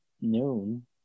noon